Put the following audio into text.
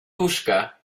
łóżka